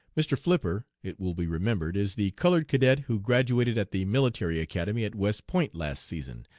mr. flipper, it will be remembered, is the colored cadet who graduated at the military academy at west point last session,